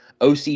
OC